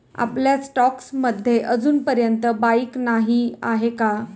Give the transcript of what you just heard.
आपल्या स्टॉक्स मध्ये अजूनपर्यंत बाईक नाही आहे का?